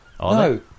No